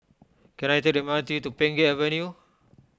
can I take the M R T to Pheng Geck Avenue